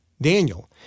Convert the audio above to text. Daniel